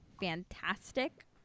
fantastic